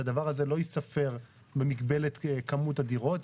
שהדבר הזה לא ייספר במגבלת כמות הדירות,